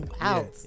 out